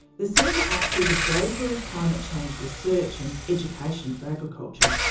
the centre acts as a broker of climate change research and education for agriculture.